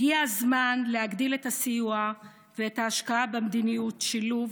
הגיע הזמן להגדיל את הסיוע ואת ההשקעה במדיניות של שילוב